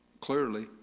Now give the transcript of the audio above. clearly